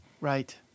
Right